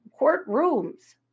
courtrooms